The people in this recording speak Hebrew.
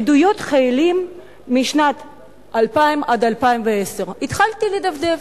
עדויות חיילים 2000 2010". התחלתי לדפדף,